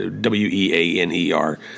W-E-A-N-E-R